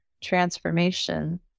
transformation